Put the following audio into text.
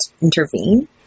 intervene